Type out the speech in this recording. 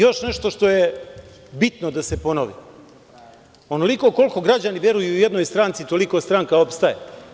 Još nešto što je bitno da se ponovi – onoliko koliko građani veruju jednoj stranci, toliko stranka opstaje.